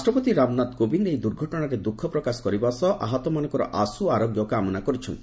ରାଷ୍ଟ୍ରପତି ରାମନାଥ କୋବିନ୍ଦ ଏହି ଦୁର୍ଘଟଣାରେ ଦ୍ୟୁଖ ପ୍ରକାଶ କରିବା ସହ ଆହତମାନଙ୍କର ଆଶୁ ଆରୋଗ୍ୟ କାମନା କରିଛନ୍ତି